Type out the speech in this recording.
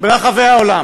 ברחבי העולם